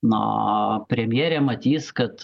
na premjerė matys kad